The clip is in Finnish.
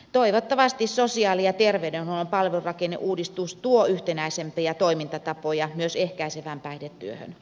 toivottavasti sosiaali ja terveydenhuollon palvelurakenneuudistus tuo yhtenäisempiä toimintatapoja myös ehkäisevään päihdetyöhön